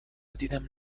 دیدم